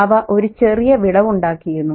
അവ ഒരു ചെറിയ വിടവുണ്ടാക്കിയിരുന്നു